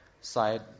side